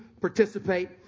participate